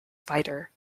fighter